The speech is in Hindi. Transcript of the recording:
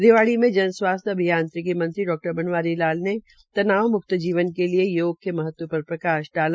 रिवाड़ी में जन स्वासथ्य अभियांत्रिकी मंत्री डा बनवारी लाल ने तनाव म्रक्त जीवन के लिये योग के महत्व पर प्रकाश डाला